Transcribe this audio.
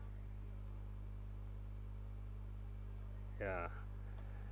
ya